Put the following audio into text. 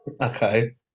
Okay